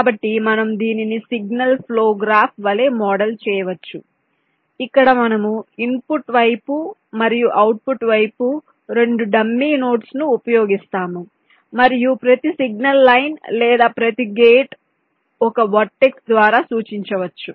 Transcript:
కాబట్టి మనము దీనిని సిగ్నల్ ఫ్లో గ్రాఫ్ వలే మోడల్ చేయవచ్చు ఇక్కడ మనము ఇన్పుట్ వైపు మరియు అవుట్పుట్ వైపు 2 డమ్మీ నోడ్స్ ను ఉపయోగిస్తాము మరియు ప్రతి సిగ్నల్ లైన్ లేదా ప్రతి గేట్ ఒక వర్టెక్స్ ద్వారా సూచించవచ్చు